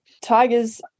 Tigers